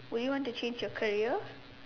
would you want to change your career